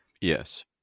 Yes